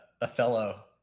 Othello